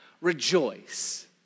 Rejoice